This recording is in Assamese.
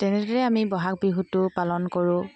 তেনেদৰেই আমি বহাগ বিহুটো পালন কৰোঁ